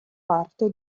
parto